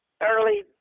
early